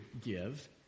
give